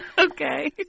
Okay